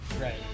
Right